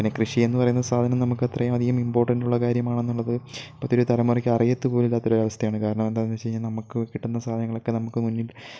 പിന്നെ കൃഷിയെന്നു പറയുന്ന സാധനം നമുക്ക് അത്രയും അധികം ഇമ്പോർട്ടൻറ്റുള്ള കാര്യമാണെന്നുള്ളത് ഇപ്പോഴത്തെയൊരു തലമുറയ്ക്ക് അറിയത്തുപോലുമില്ലാത്തൊരു അവസ്ഥയാണ് കാരണം എന്താണെന്ന് വെച്ചു കഴിഞ്ഞാൽ നമുക്ക് കിട്ടുന്ന സാധനങ്ങളൊക്കെ നമുക്ക് മുന്നിൽ